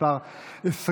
שמחה רוטמן,